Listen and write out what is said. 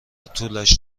طولش